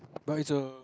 but it's a